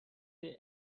they